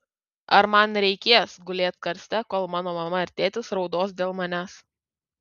ar man reikės gulėt karste kol mano mama ir tėtis raudos dėl manęs